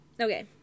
Okay